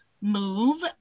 move